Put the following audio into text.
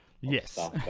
yes